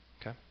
okay